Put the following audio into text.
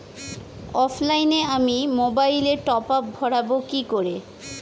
অফলাইনে আমি মোবাইলে টপআপ ভরাবো কি করে?